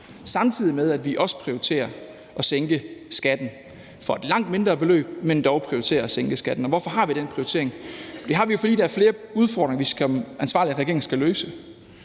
samtidig med at vi også prioriterer at sænke skatten for et langt mindre beløb, men dog prioriterer at sænke skatten. Hvorfor har vi den prioritering? Det har vi jo, fordi der er flere udfordringer, vi som ansvarlig regering skal løse.